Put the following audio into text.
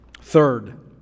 Third